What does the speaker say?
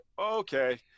okay